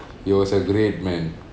he was a great man